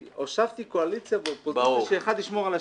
הושבתי קואליציה ואופוזיציה שאחד ישמור על השני.